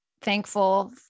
thankful